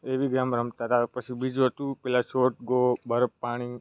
એવી ગેમ રમતા હતા પછી બીજું હતું પહેલાં શોર્ટ ગો બરફ પાણી